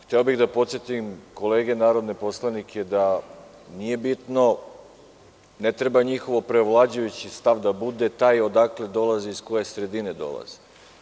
Hteo bih da podsetim kolege narodne poslanike da nije bitno, ne treba njihov preovlađujući stav da bude taj odakle dolazi iz koje sredine dolazi.